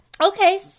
Okay